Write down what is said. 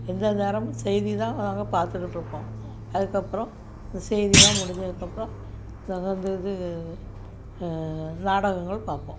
எந்த நேரமும் செய்தி தான் நாங்கள் பார்த்துக்கிட்ருப்போம் அதுக்கப்றம் இந்த செய்திலாம் முடிஞ்சதுக்கப்றம் நாங்கள் வந்து இது நாடகங்கள் பார்ப்போம்